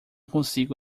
consigo